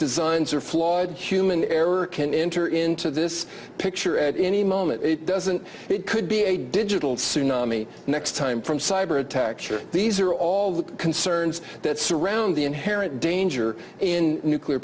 days signs are flawed human error can enter into this picture at any moment it doesn't it could be a digital tsunami next time from cyber attack sure these are all the concerns that surround the inherent danger in nuclear